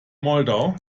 moldau